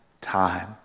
time